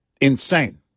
insane